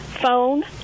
phone